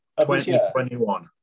2021